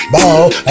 Ball